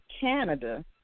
Canada